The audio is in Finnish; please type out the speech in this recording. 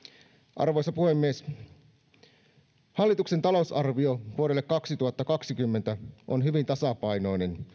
arvoisa puhemies hallituksen talousarvio vuodelle kaksituhattakaksikymmentä on hyvin tasapainoinen